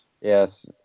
Yes